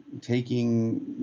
taking